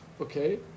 Okay